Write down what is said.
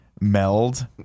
meld